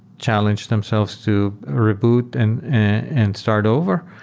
challenge themselves to reboot and and start over.